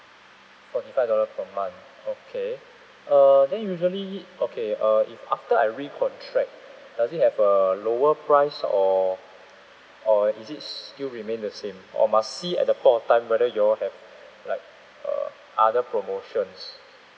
forty five dollar per month okay uh then usually okay uh if after I recontract does it have a lower price or or is it still remain the same or must see at the point of time whether you all have like uh other promotions